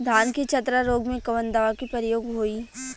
धान के चतरा रोग में कवन दवा के प्रयोग होई?